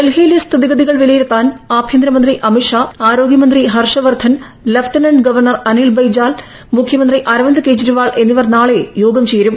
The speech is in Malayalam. ഡൽഹിയിലെ സ്ഥിതിഗതികൾ വിലയിരുത്താൻ ആഭ്യന്തരമന്ത്രി അമിത്ഷാ ആരോഗ്യമന്ത്രി ഹർഷവർദ്ധൻ ലഫ്റ്റനന്റ് ഗവർണർ അനിൽ ബൈജാൽ മുഖ്യമന്ത്രി അരവിന്ദ് കേജ്രിവാൾ എന്നിവർ നാളെ യോഗം ചേരും